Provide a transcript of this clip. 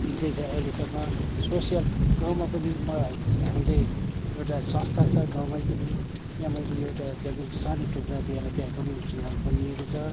बित्दैछ अहिलेसम्म सोसियल गाउँमा पनि म हामीले एउटा संस्था छ गाउँमै पनि त्यहाँ मैले एउटा जमिन सानो टुक्रा दिएर त्यहाँ कम्युनिटी हल बनिएको छ